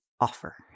offer